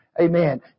Amen